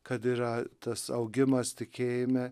kad yra tas augimas tikėjime